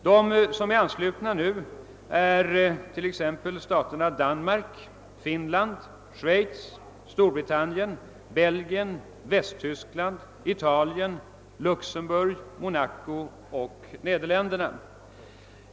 De stater som nu är anslutna är bl.a. Danmark, Finland, Schweiz, Storbritannien, Belgien, Västtyskland, Italien, Luxemburg, Monaco och Nederländerna.